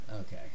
Okay